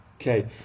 Okay